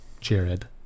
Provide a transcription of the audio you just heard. Jared